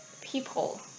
people